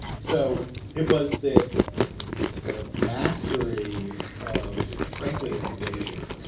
so it was this sort of mastery of, frankly, evasion,